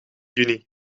juni